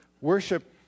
Worship